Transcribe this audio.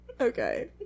Okay